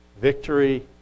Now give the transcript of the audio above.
Victory